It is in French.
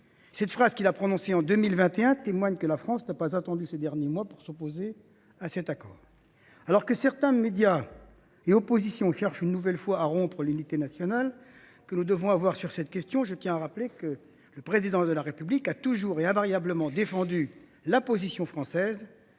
Cette phrase, prononcée en 2021, témoigne que la France n’a pas attendu ces derniers mois pour s’opposer à cet accord. Alors que certains médias et oppositions cherchent une nouvelle fois à rompre l’unité nationale que nous devons avoir en la matière, je tiens à rappeler que le président de la République a toujours et invariablement défendu la position française